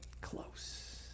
close